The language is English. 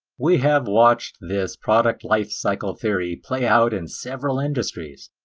we have watched this product life cycle theory play out in several industries.